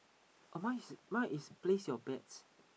oh mine is mine is place your bets